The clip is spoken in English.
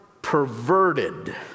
perverted